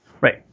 right